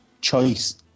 choice